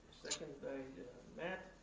second by matt.